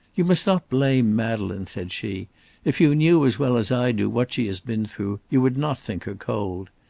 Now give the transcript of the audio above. you must not blame madeleine, said she if you knew as well as i do what she has been through, you would not think her cold.